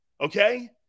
okay